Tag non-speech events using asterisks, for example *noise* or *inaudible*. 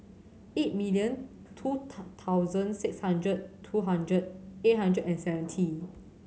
eight million two *unintelligible* thousand six hundred two hundred eight hundred and seventy